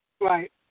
Right